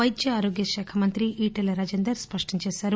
వైద్య ఆరోగ్య శాఖ మంత్రి ఈటల రాజేందర్ స్పష్టంచేశారు